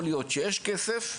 כאילו אומרים הנה יש לנו כסף,